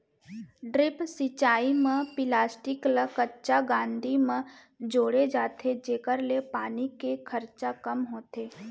drip सिंचई म plastic ल कच्चा कांदी म जोड़े जाथे जेकर ले पानी के खरचा कम होथे